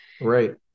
Right